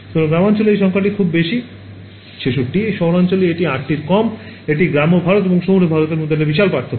সুতরাং গ্রামাঞ্চলে এই সংখ্যাটি খুব বেশি 66 শহরাঞ্চলে এটি 8 টিরও কম এটি গ্রাম্য ভারত এবং শহুরে ভারতের মধ্যে একটি বিশাল পার্থক্য